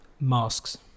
masks